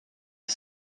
que